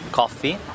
coffee